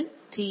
L அல்லது D